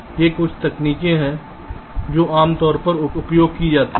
तो ये कुछ तकनीकें हैं जो आमतौर पर उपयोग की जाती हैं